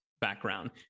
background